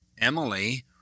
Emily